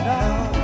Now